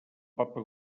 papa